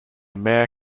mayor